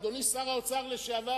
אדוני שר האוצר לשעבר,